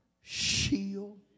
shield